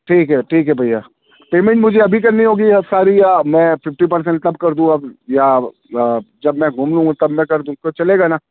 ٹھیک ٹھیک ہے بھیا پیمنٹ مجھے ابھی کرنی ہوگی یا ساری یا میں ففٹی پرسینٹ کب کر دوں اب یا یا جب میں گُھوم لوں گا تب میں کر دوں تو چلے گا نا